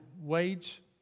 wage